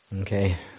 Okay